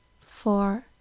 four